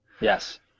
Yes